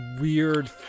weird